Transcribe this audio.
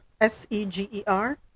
s-e-g-e-r